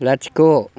लाथिख'